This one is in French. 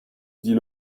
dit